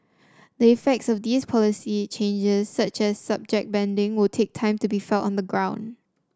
the effects of these policy changes such as subject banding will take time to be felt on the ground